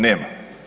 Nema.